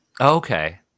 okay